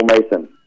Mason